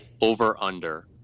Over-under